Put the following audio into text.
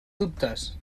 dubtes